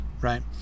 right